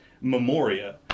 Memoria